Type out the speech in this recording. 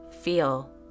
feel